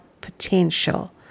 potential